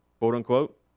quote-unquote